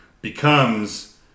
becomes